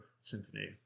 Symphony